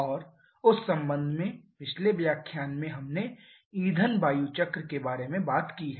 और उस संबंध में पिछले व्याख्यान में हमने ईंधन वायु चक्र के बारे में बात की है